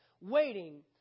waiting